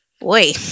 boy